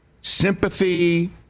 sympathy